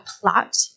plot